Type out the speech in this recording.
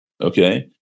Okay